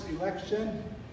election